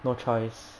no choice